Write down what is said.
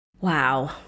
Wow